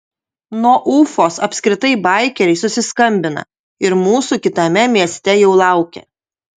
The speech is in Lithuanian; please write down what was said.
nuo ufos apskritai baikeriai susiskambina ir mūsų kitame mieste jau laukia